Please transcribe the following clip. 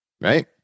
right